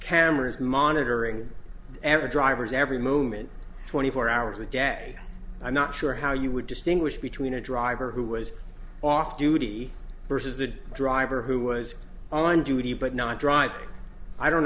cameras during every driver's every moment twenty four hours a day i'm not sure how you would distinguish between a driver who was off duty versus the driver who was on duty but not drive i don't